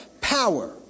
power